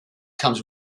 comes